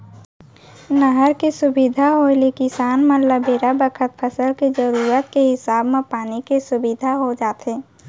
नहर के सुबिधा होय ले किसान मन ल बेरा बखत फसल के जरूरत के हिसाब म पानी के सुबिधा हो जाथे